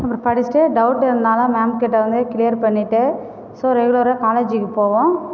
அப்புறம் படிச்சுட்டு டவுட் இருந்தாலும் மேம்கிட்டே வந்து கிளியர் பண்ணிகிட்டு ஸோ ரெகுலராக காலேஜ்க்கு போவோம்